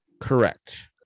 Correct